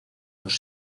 dos